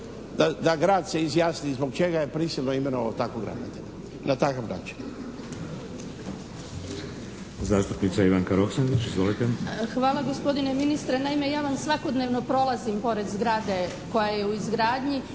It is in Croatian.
da Grad se izjasni zašto je prisilno imenovao takvog ravnatelja, na takav način.